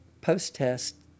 post-test